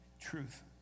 truth